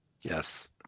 Yes